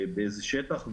באיזה שטח.